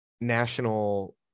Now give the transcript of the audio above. national